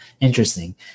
interesting